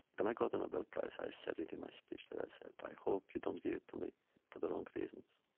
and i got the nobel prize, i said it in my speech there, i said, i hope you don't give it to me for the wrong reasons.